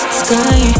sky